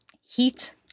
heat